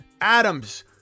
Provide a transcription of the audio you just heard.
Adams